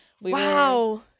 Wow